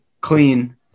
Clean